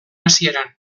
hasieran